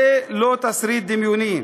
זה לא תסריט דמיוני.